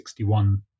1961